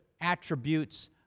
attributes